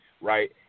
right